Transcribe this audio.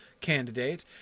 candidate